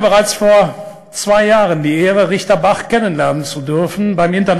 כבר לפני שנתיים היה לי הכבוד להכיר את השופט בך,